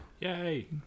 Yay